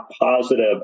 positive